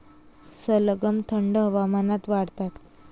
सलगम थंड हवामानात वाढतात